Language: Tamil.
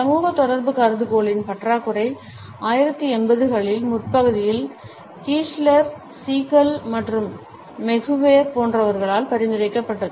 சமூக தொடர்பு கருதுகோளின் பற்றாக்குறை 1980 களின் முற்பகுதியில் கீஸ்லர் சீகல் மற்றும் மெகுவேர் போன்றவர்களால் பரிந்துரைக்கப்பட்டது